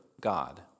God